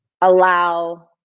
allow